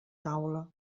taula